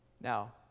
Now